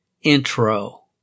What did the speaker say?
intro